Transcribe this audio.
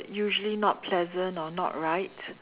usually not pleasant or not right